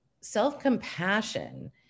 self-compassion